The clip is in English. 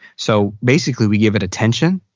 so basically, we give it attention.